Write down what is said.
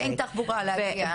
ושאין תחבורה להגיע.